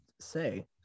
say